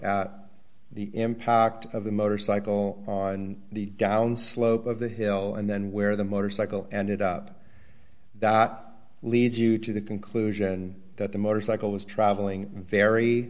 at the impact of the motorcycle on the down slope of the hill and then where the motorcycle ended up that leads you to the conclusion that the motorcycle was traveling very